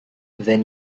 then